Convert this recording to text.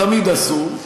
תמיד עשו.